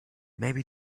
maybe